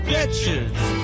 Bitches